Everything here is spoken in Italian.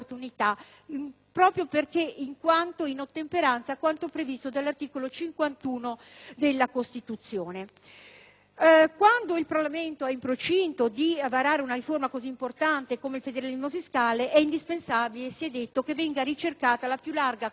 proprio in ottemperanza a quanto previsto dall'articolo 51 della Costituzione. Quando il Parlamento è in procinto di varare una riforma così importante come quella relativa al federalismo fiscale, è indispensabile che venga ricercata la più larga convergenza